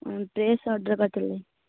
dress order କରିଥିଲି